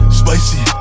spicy